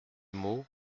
mots